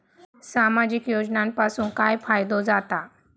सामाजिक योजनांपासून काय फायदो जाता?